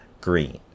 green